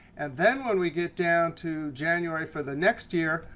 and then when we get down to january for the next year,